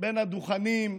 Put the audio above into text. בין הדוכנים,